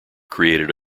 created